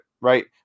right